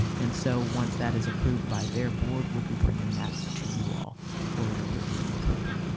and so once that is approved by their board, we'll be bringing that to you all for your review and approval.